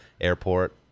airport